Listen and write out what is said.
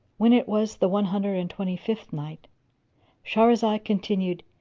when it was the one hundred and twenty-fifth night shahrazad continued,